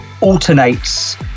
Alternate's